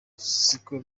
siko